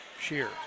Shear